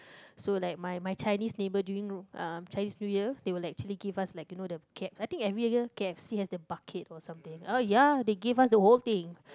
so like my my Chinese neighbour during uh Chinese New Year they would like actually give us like you know the K~ I think every year k_f_c has that bucket or something oh ya they give us the whole thing